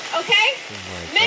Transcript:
okay